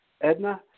Edna